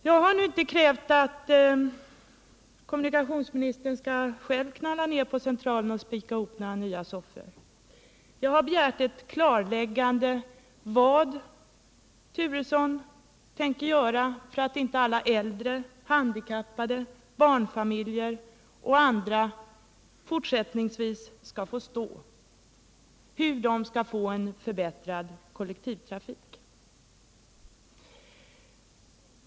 Jag har inte krävt att kommunikationsministern själv skall knalla ner på Centralen och spika ihop några nya soffor — jag har begärt ett klarläggande av vad Bo Turesson tänker göra för att inte alla äldre, handikappade, barnfamiljer och andra fortsättningsvis skall få stå, och hur de skall få en förbättrad kollektivtrafik.